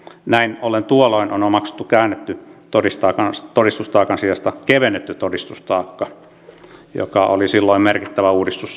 näin ollen tuolloin on omaksuttu käännetyn todistustaakan sijasta kevennetty todistustaakka joka oli silloin merkittävä uudistus sekin